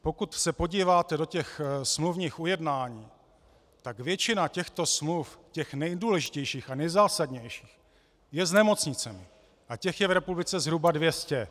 Pokud se podíváte do těch smluvních ujednání, tak většina těchto smluv, těch nejdůležitějších a nejzásadnějších, je s nemocnicemi, a těch je v republice zhruba dvě stě.